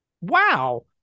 Wow